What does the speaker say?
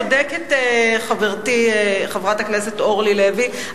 צודקת חברתי חברת הכנסת אורלי לוי,